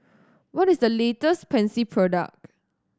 what is the latest Pansy product